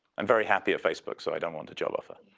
i'm very happy at facebook, so i don't want a job offer.